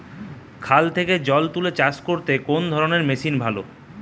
খাল থেকে জল তুলে চাষ করতে কোন ধরনের মেশিন ভালো?